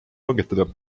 langetada